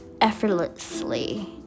effortlessly